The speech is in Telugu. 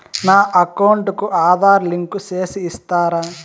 నా అకౌంట్ కు ఆధార్ లింకు సేసి ఇస్తారా?